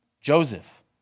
Joseph